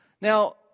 Now